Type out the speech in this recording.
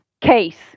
case